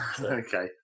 Okay